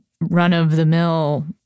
run-of-the-mill